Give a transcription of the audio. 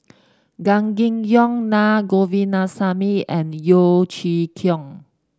Gan Kim Yong Naa Govindasamy and Yeo Chee Kiong